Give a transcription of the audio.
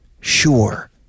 sure